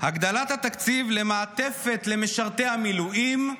הגדלת התקציב למעטפת למשרתי המילואים,